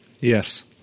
yes